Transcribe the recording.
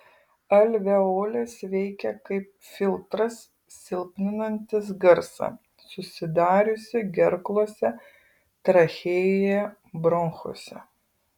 alveolės veikia kaip filtras silpninantis garsą susidariusį gerklose trachėjoje bronchuose